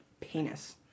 penis